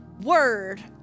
word